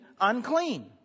unclean